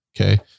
Okay